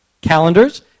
calendars